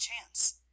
chance